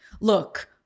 look